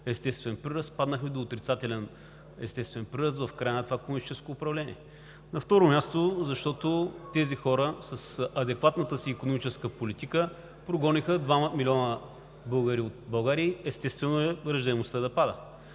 не ме лъже паметта, спаднахме до отрицателен естествен прираст в края на това комунистическо управление. На второ място, защото тези хора с адекватната си икономическа политика прогониха 2 милиона българи от България. Естествено е раждаемостта да пада.